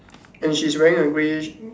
and she's wearing a greyish